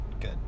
good